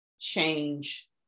change